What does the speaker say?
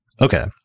Okay